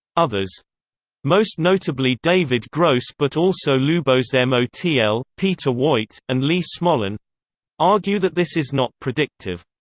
others most notably david gross but also lubos motl, peter woit, and lee smolin argue that this is not predictive.